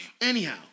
Anyhow